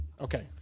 Okay